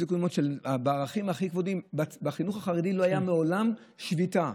יש לי תלונות, בחינוך החרדי מעולם לא הייתה שביתה.